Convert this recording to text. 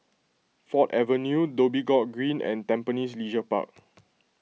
Ford Avenue Dhoby Ghaut Green and Tampines Leisure Park